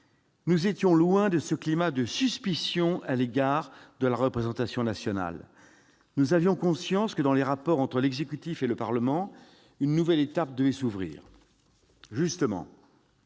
Nous étions loin de ce climat de suspicion à l'égard de la représentation nationale. Nous avions conscience que, dans les rapports entre l'exécutif et le Parlement, une nouvelle étape devait s'ouvrir. Justement